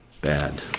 bad